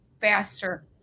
faster